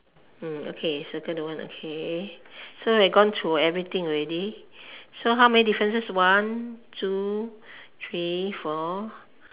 okay circle the one okay so we've gone through everything already so how many differences one two three four